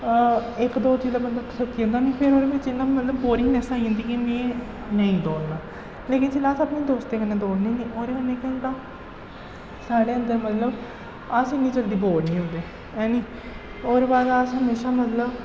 इक दो चीजें कोला मतलब थक्की जंदा निं फिर ओह्दे बिच्च इ'यां मतलब बोरिंगनैस्स आई जंदी ही कि में नेईं दौड़ना लेकिन जिल्लै अस अपने दोस्तें कन्नै दौड़नें नी ओह्दे कन्नै केह् होंदा साढ़े अन्दर मतलब अस इन्नी जल्दी बोर निं होंदे है नी ओह्दे बाद अस हमेशा मतलब